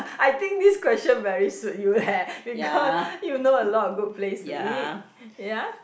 I think this question very suit you eh because you know a lot of good place to eat ya